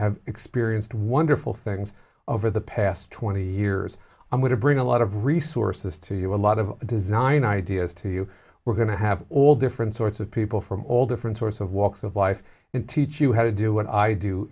have experienced wonderful things over the past twenty years i'm going to bring a lot of resources to you a lot of design ideas to you we're going to have all different sorts of people from all different sorts of walks of life and teach you how to do what i do